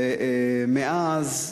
ומאז,